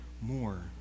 more